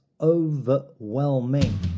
overwhelming